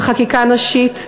וחקיקה נשית,